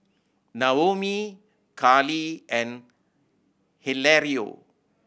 Naomi Carlee and Hilario